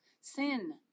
sin